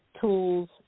tools